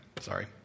sorry